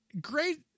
great